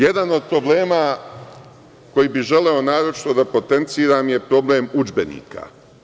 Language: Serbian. Jedan od problema koji bi želeo naročito da potenciram je problem udžbenika.